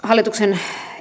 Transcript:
hallituksen